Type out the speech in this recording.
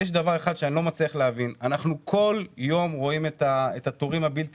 אנחנו כל יום רואים את התורים הבלתי